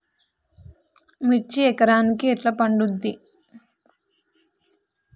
మిర్చి ఎకరానికి ఎట్లా పండుద్ధి?